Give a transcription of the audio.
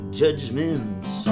judgments